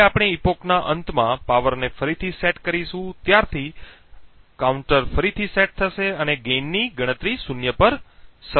હવે આપણે એપક ના અંતમાં પાવરને ફરીથી સેટ કરીશું ત્યારથી કાઉન્ટર ફરીથી સેટ થશે અને ગેઇનની ગણતરી શૂન્ય પર શરૂ કરશે